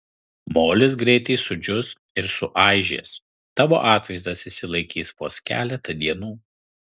molis greitai sudžius ir suaižęs tavo atvaizdas išsilaikys vos keletą dienų